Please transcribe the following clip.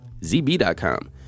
ZB.com